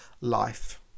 life